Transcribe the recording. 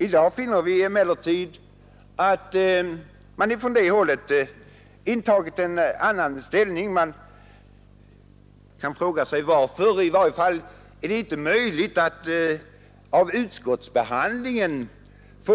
I dag finner vi emellertid att moderata samlingspartiet intagit en annan ställning. Man kan fråga sig varför. I varje fall har det inte varit möjligt att av utskottsbehandlingen få